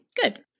Good